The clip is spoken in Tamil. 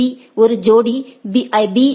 பீ ஒரு ஜோடி பி